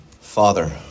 father